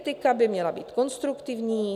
Kritika by měla být konstruktivní.